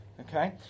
Okay